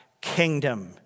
kingdom